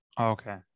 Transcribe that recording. Okay